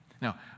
now